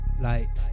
Light